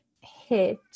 hit